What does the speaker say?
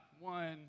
one